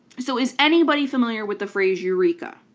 so is anybody familiar with the phrase eureka?